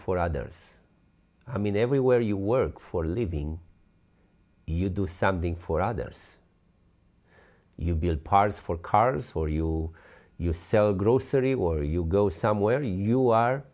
for others i mean everywhere you work for a living you do something for others you build parts for cars for you you sell grocery war you go somewhere you are